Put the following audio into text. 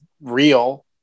real